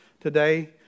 today